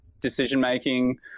decision-making